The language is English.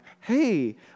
hey